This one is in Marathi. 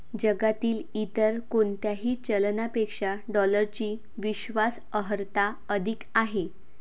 जगातील इतर कोणत्याही चलनापेक्षा डॉलरची विश्वास अर्हता अधिक आहे